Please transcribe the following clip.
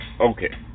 okay